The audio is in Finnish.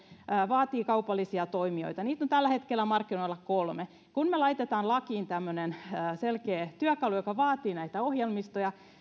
vaatii kaupallisia toimijoita niitä on tällä hetkellä markkinoilla kolme kun me laitamme lakiin tämmöisen selkeän työkalun joka vaatii näitä ohjelmistoja